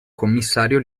commissario